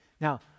Now